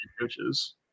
coaches